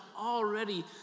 already